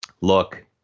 Look